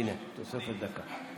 הינה, תוספת דקה.